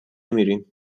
میریم